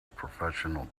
professional